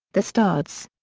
the studs.